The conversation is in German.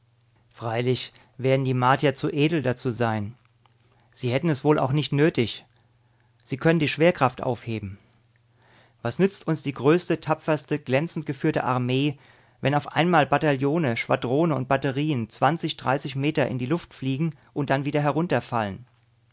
freilich werden die martier zu edel dazu sein sie hätten es wohl auch nicht nötig sie können die schwerkraft aufheben was nützt uns die größte tapferste glänzend geführte armee wenn auf einmal bataillone schwadronen und batterien zwanzig dreißig meter in die luft fliegen und dann wieder herunterfallen